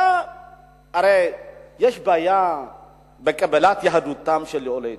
הרי יש בעיה בקבלת יהדותם של עולי אתיופיה.